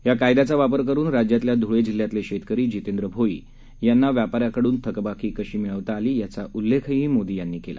या कायद्याचा वापर करून राज्यातल्या धुळे जिल्ह्यातले शेतकरी जितेंद्र भोई यांना व्यापाऱ्याकडून थकबाकी कशी मिळवता आली याचा उल्लेखही मोदी यांनी केला